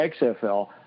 XFL